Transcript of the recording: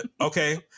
Okay